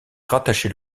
rattaché